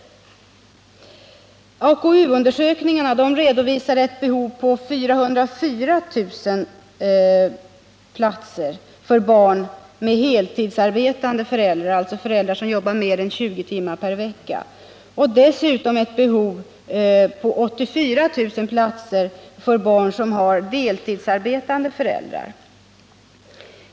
Arbetskraftsundersökningarna redovisar ett behov på 404000 platser för barn med heltidsarbetande föräldrar, alltså föräldrar som jobbar mer än 20 timmar per vecka, och dessutom ett behov av 84 000 platser för barn som har deltidsarbetande föräldrar.